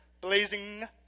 Blazing